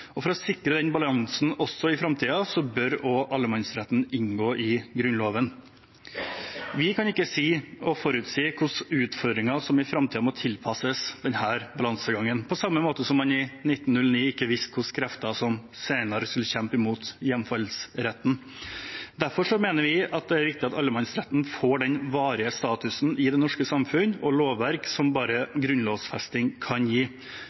For å sikre den balansen også i framtiden, bør også allemannsretten inngå i Grunnloven. Vi kan ikke si og forutsi hvilke utfordringer som i framtiden må tilpasses denne balansegangen – på samme måte som man i 1909 ikke visste hvilke krefter som senere skulle kjempe imot hjemfallsretten. Derfor mener vi det er viktig at allemannsretten får den varige statusen i det norske samfunn og i norsk lovverk som bare grunnlovfesting kan gi